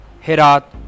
Herat